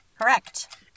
Correct